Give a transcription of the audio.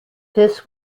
this